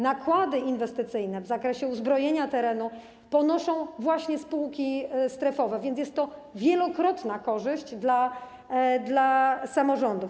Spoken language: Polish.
Nakłady inwestycyjne w zakresie uzbrojenia terenu ponoszą spółki strefowe, więc jest to wielokrotna korzyść dla samorządów.